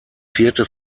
vierte